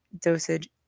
dosage